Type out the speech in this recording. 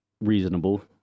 reasonable